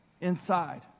inside